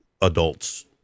adult's